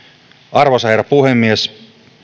arvoisa herra puhemies